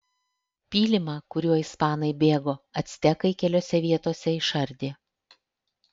pylimą kuriuo ispanai bėgo actekai keliose vietose išardė